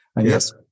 Yes